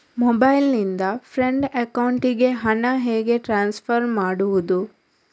Mobile ನಿಂದ friend ಅಕೌಂಟಿಗೆ ಹಣ ಹೇಗೆ ಟ್ರಾನ್ಸ್ಫರ್ ಮಾಡುವುದು?